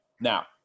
now